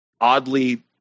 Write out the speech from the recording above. oddly